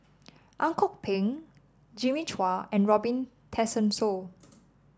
Ang Kok Peng Jimmy Chua and Robin Tessensohn